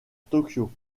tokyo